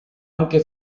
anche